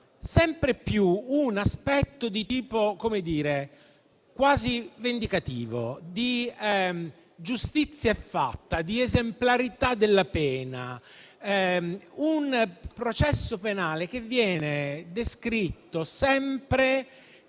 sempre più un aspetto di tipo quasi vendicativo, come a dire «giustizia è fatta», di esemplarità della pena. Un processo penale viene descritto sempre